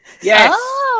yes